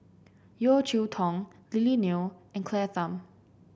Yeo Cheow Tong Lily Neo and Claire Tham